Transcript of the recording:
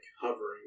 hovering